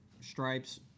stripes